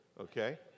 okay